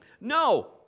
No